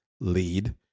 lead